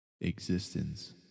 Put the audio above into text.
existence